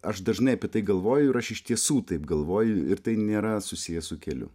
aš dažnai apie tai galvoju ir aš iš tiesų taip galvoju ir tai nėra susiję su keliu